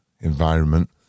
environment